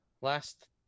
Last